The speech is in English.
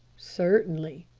certainly,